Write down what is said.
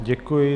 Děkuji.